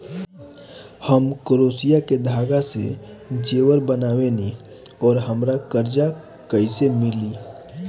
हम क्रोशिया के धागा से जेवर बनावेनी और हमरा कर्जा कइसे मिली?